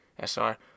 sr